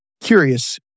Curious